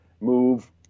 move